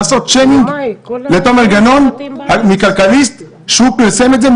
לעשות ביוש פומבי לתומר גנון מכלכליסט שפרסם את זה.